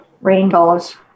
rainbows